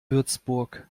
würzburg